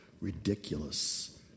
ridiculous